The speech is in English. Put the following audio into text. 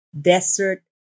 desert